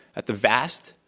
that the vast,